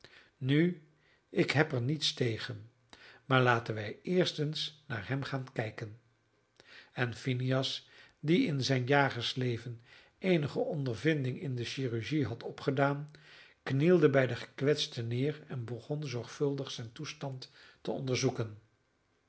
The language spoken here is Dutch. nu ik heb er niets tegen maar laten wij eerst eens naar hem gaan kijken en phineas die in zijn jagersleven eenige ondervinding in de chirurgie had opgedaan knielde bij den gekwetste neer en begon zorgvuldig zijn toestand te onderzoeken